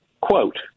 quote